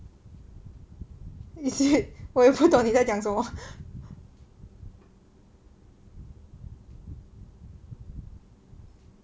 is it 我也不懂你在讲什么